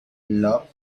love